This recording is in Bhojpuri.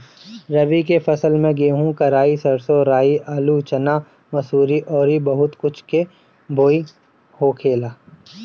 रबी के फसल में गेंहू, कराई, सरसों, राई, आलू, चना, मसूरी अउरी बहुत कुछ के बोआई होखेला